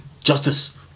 justice